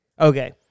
Okay